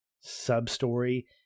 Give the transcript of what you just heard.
sub-story